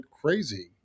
crazy